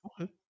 Okay